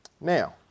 Now